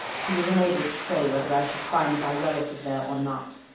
he was unable to say whether i should find my relative there or not.